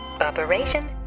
Operation